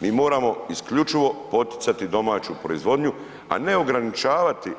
Mi moramo isključivo poticati domaću proizvodnju, a ne ograničavati